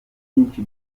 byinshi